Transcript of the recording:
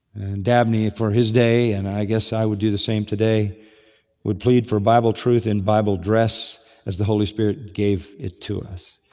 dabney for his day and i guess i would do the same today would plead for bible truth in bible dress as the holy spirit gave it to us.